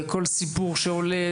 וכל סיפור שעולה,